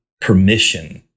permission